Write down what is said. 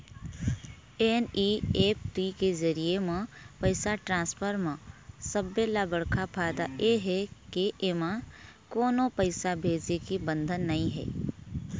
NEFT के जरिए म पइसा ट्रांसफर म सबले बड़का फायदा ए हे के एमा कोनो पइसा भेजे के बंधन नइ हे